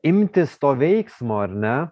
imtis to veiksmo ar ne